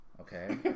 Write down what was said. okay